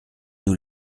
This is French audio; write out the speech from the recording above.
nous